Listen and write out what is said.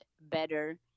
better